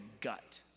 gut